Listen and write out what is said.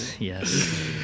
yes